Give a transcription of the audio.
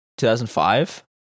2005